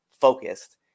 focused